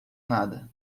nada